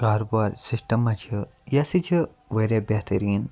کار بار سِسٹَم مہَ چھ یہِ ہَسا چھِ واریاہ بہتریٖن